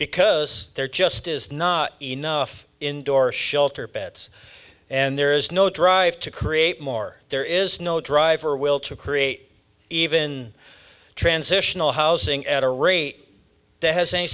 because there just is not enough indoor shelter beds and there is no drive to create more there is no driver will to create even transitional housing at a rate that has any